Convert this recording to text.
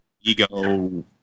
ego –